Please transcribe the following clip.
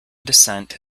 descent